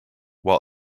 while